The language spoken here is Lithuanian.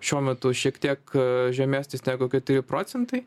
šiuo metu šiek tiek žemesnis negu keturi procentai